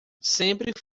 sempre